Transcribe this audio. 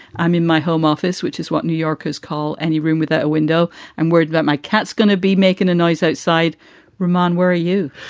i'm in my home office, which is what new yorkers call any room with a window and word that my cat's gonna be making a noise outside roomand where are you?